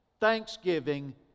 thanksgiving